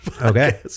Okay